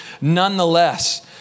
nonetheless